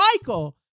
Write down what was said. Michael